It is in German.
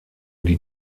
die